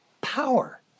Power